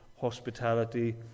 hospitality